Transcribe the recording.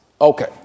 Okay